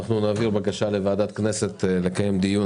נעביר בקשה לוועדת הכנסת לקיים דיון